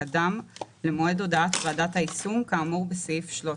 שקדם למועד הודעת ועדת היישום כאמור בסעיף 13,